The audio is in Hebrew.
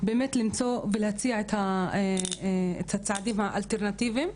באמת למצוא ולהציע את הצעדים האלטרנטיביים,